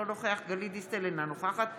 אינו נוכח גלית דיסטל אטבריאן,